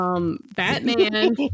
Batman